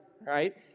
right